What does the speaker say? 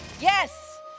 Yes